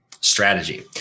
strategy